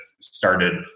started